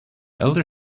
elder